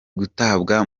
gutabwa